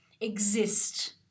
exist